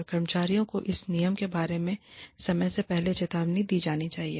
और कर्मचारियों को इस नियम के बारे में समय से पहले चेतावनी दी जानी चाहिए